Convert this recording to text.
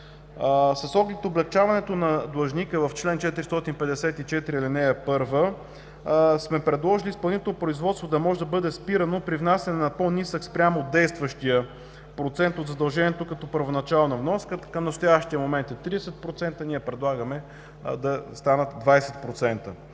С оглед облекчаването на длъжника в чл. 454, ал. 1 сме предложили изпълнително производство да може да бъде спирано при внасяне на по-нисък спрямо действащия процент от задължението. Първоначалната вноска към настоящия момент е 30%, ние предлагаме да станат 20%.